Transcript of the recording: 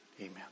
Amen